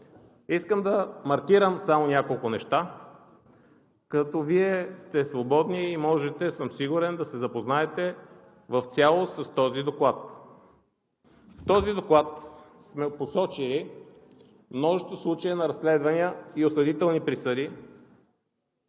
Искам да маркирам само няколко неща, като Вие сте свободни и можете, съм сигурен, да се запознаете в цялост с този доклад. В този доклад сме посочили множество случаи на разследвания и осъдителни присъди